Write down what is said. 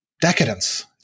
decadence